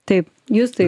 taip justai